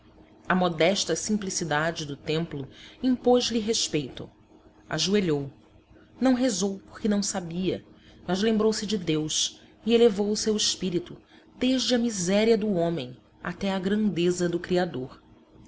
a modesta simplicidade do templo impôs lhe respeito ajoelhou não rezou porque não sabia mas lembrou-se de deus e elevou o seu espírito desde a miséria do homem até a grandeza do criador